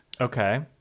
okay